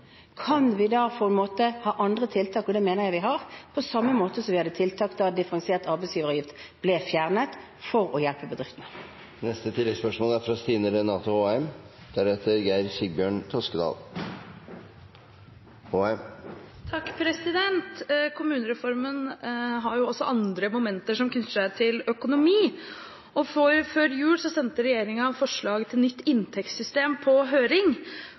Kan vi da ha andre tiltak? Det mener jeg vi kan, på samme måte som vi hadde tiltak for å hjelpe bedriftene da differensiert arbeidsgiveravgift ble fjernet. Stine Renate Håheim – til oppfølgingsspørsmål. Kommunereformen har også andre momenter som knytter seg til økonomi, og før jul sendte regjeringen forslag til nytt inntektssystem på høring.